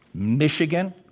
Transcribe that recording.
michigan,